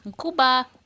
cuba